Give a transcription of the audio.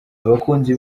abakunzi